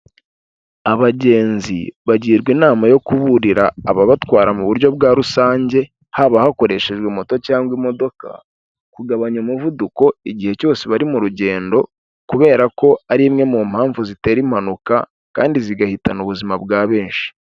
Abagenzi bagirwa inama yo kuburira ababatwara mu buryo bwa rusange, haba hakoreshejwe moto cyangwa imodoka, kugabanya umuvuduko igihe cyose bari mu rugendo, kubera yuko ari imwe mu mpamvu zitera impanuka, kandi zigahitana ubuzima bwa benshi.